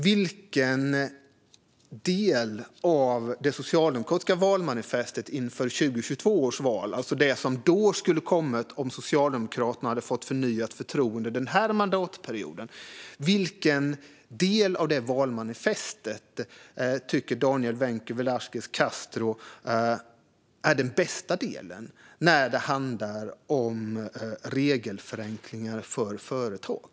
Vilken del av det socialdemokratiska valmanifestet inför 2022 års val - alltså det som då skulle ha kommit om Socialdemokraterna hade fått förnyat förtroende denna mandatperiod - tycker Daniel Vencu Velasquez Castro är den bästa delen när det handlar om regelförenklingar för företag?